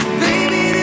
baby